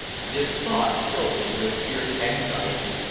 this thought filled me with fierce anxiety.